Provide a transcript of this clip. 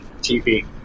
TV